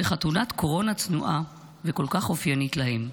בחתונת קורונה צנועה וכל כך אופיינית להם.